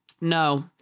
no